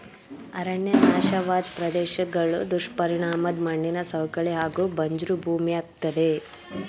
ಅರಣ್ಯ ನಾಶವಾದ್ ಪ್ರದೇಶ್ಗಳು ದುಷ್ಪರಿಣಾಮದ್ ಮಣ್ಣಿನ ಸವಕಳಿ ಹಾಗೂ ಬಂಜ್ರು ಭೂಮಿಯಾಗ್ತದೆ